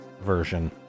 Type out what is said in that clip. version